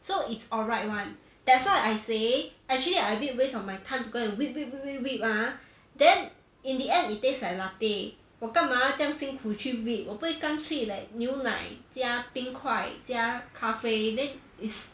so it's alright [one] that's why I say actually I a bit waste of my time to go and whip whip whip whip ah then in the end it tastes like latte 我干嘛这样辛苦去 whip 我不会干脆 like 牛奶加冰块加咖啡 then it's